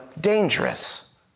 dangerous